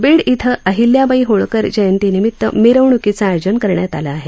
बीड शिं अहिल्याबाई होळकरनिमित्त मिरवणूकीचं आयोजन करण्यात आलं आहे